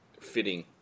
fitting